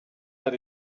that